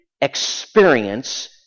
experience